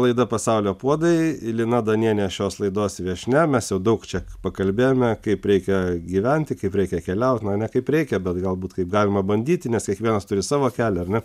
laida pasaulio puodai lina danienė šios laidos viešnia mes jau daug čia pakalbėjome kaip reikia gyventi kaip reikia keliauti na ne kaip reikia bet galbūt kaip galima bandyti nes kiekvienas turi savo kelią ar ne